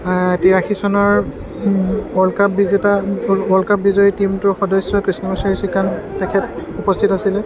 তিৰাশী চনৰ ৱৰ্ল্ডকাপ বিজেতা ৱৰ্ল্ডকাপ বিজয়ী টিমটোৰ সদস্য কৃষ্ণ শ্ৰী ঋষিকান্ত তেখেত উপস্থিত আছিলে